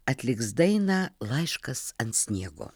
atliks dainą laiškas ant sniego